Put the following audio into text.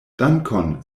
dankon